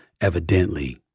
Evidently